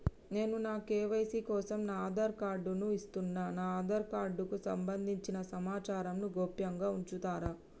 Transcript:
నేను నా కే.వై.సీ కోసం నా ఆధార్ కార్డు ను ఇస్తున్నా నా ఆధార్ కార్డుకు సంబంధించిన సమాచారంను గోప్యంగా ఉంచుతరా?